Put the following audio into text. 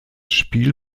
spiel